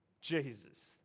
Jesus